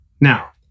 Now